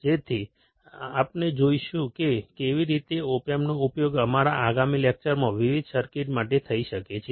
તેથી આપણે જોઈશું કે કેવી રીતે ઓપ એમ્પનો ઉપયોગ અમારા આગામી લેકચરમાં વિવિધ સર્કિટ માટે થઈ શકે છે